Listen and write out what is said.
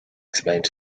explained